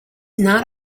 not